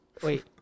Wait